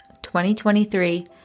2023